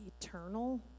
eternal